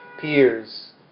peers